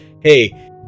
hey